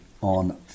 on